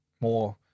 more